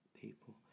people